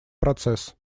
процесс